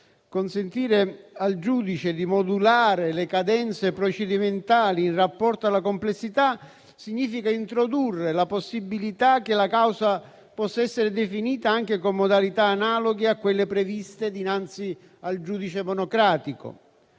consentire al giudice di modulare le cadenze procedimentali in rapporto alla complessità significa introdurre la possibilità che la causa possa essere definita anche con modalità analoghe a quelle previste dinanzi al giudice monocratico.